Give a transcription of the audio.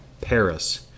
Paris